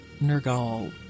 Nergal